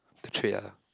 betray ah